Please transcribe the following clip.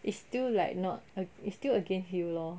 it's still like not it's still against you lor